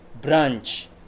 branch